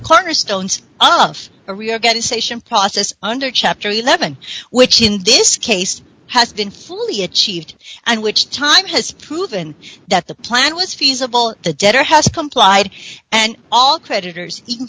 cornerstones us a reorganization process under chapter eleven which in this case has been fully achieved and which time has proven that the plan was feasible the debtor has complied and all creditors